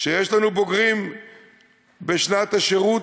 שיש לנו בוגרים בשנת השירות,